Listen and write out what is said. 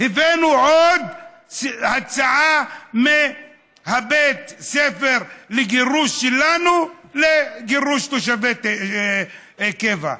הבאנו עוד הצעה מבית הספר לגירוש שלנו לגירוש תושבי קבע.